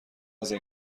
نزن